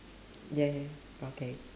ya okay